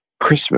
christmas